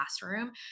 classroom